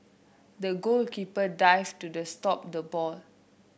the goalkeeper dived to the stop the ball